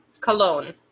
Cologne